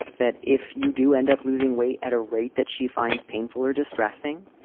that if you do end up losing weight at a rate that she finds painful or distressing,